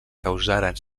causaren